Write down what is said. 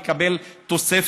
גם לקבל תוספת.